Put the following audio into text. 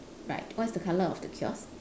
right what's the color of the kiosk